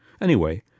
Anyway